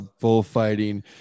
bullfighting